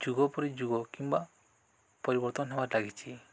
ଯୁଗ ପରେ ଯୁଗ କିମ୍ବା ପରିବର୍ତ୍ତନ ହେବାରେ ଲାଗିଛି